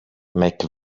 make